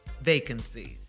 vacancies